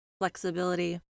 flexibility